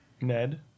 ned